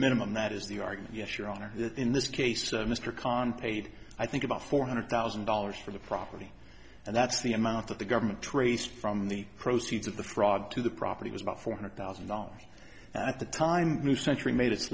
minimum that is the argument yes your honor in this case mr khan paid i think about four hundred thousand dollars for the property and that's the amount that the government traced from the proceeds of the fraud to the property was about four hundred thousand dollars at the time new century made